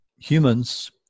humans